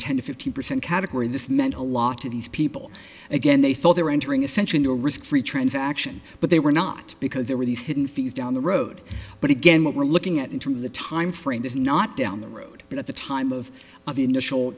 ten to fifteen percent category this meant a lot to these people again they thought they were entering a century no risk free transaction but they were not because there were these hidden fees down the road but again what we're looking at in terms of the timeframe is not down the road but at the time of the initial